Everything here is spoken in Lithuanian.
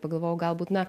pagalvojau galbūt na